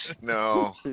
no